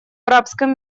арабском